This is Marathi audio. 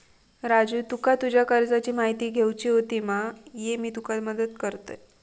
राजू तुका तुज्या कर्जाची म्हायती घेवची होती मा, ये मी तुका मदत करतय